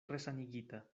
resanigita